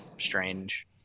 strange